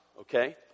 okay